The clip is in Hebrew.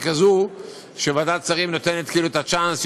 כזו שוועדת השרים נותנת כאילו את הצ'אנס,